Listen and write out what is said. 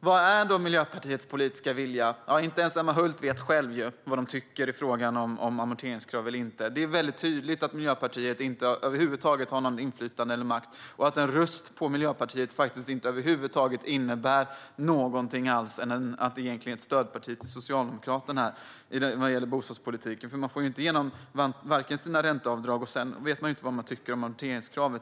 Vad är Miljöpartiets politiska vilja? Inte ens Emma Hult vet själv om de tycker att det ska bli ett amorteringskrav eller inte. Det är väldigt tydligt att Miljöpartiet över huvud taget inte har något inflytande eller någon makt och att en röst på Miljöpartiet inte innebär något annat än som stöd till Socialdemokraterna, i varje fall när det gäller bostadspolitiken. Ni i Miljöpartiet får inte igenom ert förslag om ränteavdraget, och ni vet själva inte vad ni tycker om amorteringskravet.